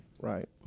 right